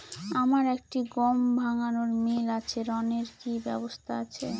আমার একটি গম ভাঙানোর মিল আছে ঋণের কি ব্যবস্থা আছে?